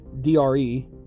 DRE